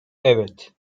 evet